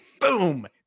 Boom